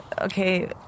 Okay